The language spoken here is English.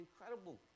incredible